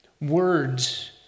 words